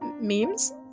Memes